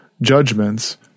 judgments